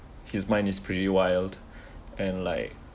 his mind is pretty wild and like